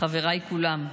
חבריי כולם,